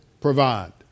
provide